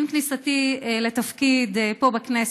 עם כניסתי לתפקיד פה, בכנסת,